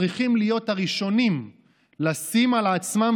צריכים להיות הראשונים לשים על עצמם